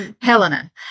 Helena